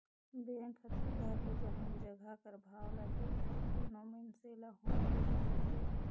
bank हर सुग्घर ले जमीन जगहा कर भाव ल देख के कोनो मइनसे ल होम लोन देथे